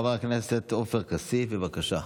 חבר הכנסת עופר כסיף, בבקשה.